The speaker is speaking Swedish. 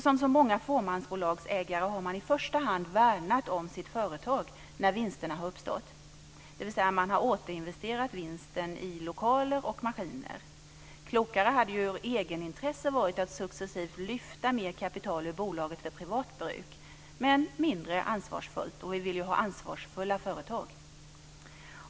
Som så många fåmansbolagsägare har man i första hand värnat om sitt företag när vinsterna har uppstått, dvs. man har återinvesterat vinsten i lokaler och maskiner. Ur egenintresse hade det ju varit klokare att successivt lyfta mer kapital ur bolaget för privat bruk, men det hade varit mindre ansvarsfullt, och vi vill ju ha ansvarsfulla företag.